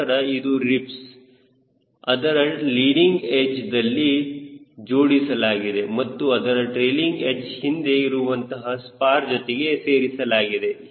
ನಂತರ ಇದು ರಿಬ್ಸ್ ಅದರ ಲೀಡಿಂಗ್ ಎಡ್ಚ್ದಲ್ಲಿ ಜೋಡಿಸಲಾಗಿದೆ ಮತ್ತು ಅದರ ಟ್ರೈಲಿಂಗ್ ಎಡ್ಚ್ ಹಿಂದೆ ಇರುವಂತಹ ಸ್ಪಾರ್ ಜೊತೆಗೆ ಸೇರಿಸಲಾಗಿದೆ